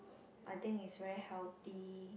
I think it's very healthy